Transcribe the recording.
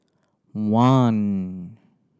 one